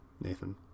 Nathan